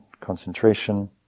concentration